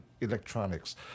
electronics